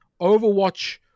Overwatch